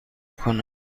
کنم